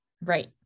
Right